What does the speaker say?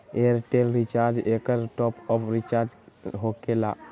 Airtel recharge एकर top off recharge होकेला?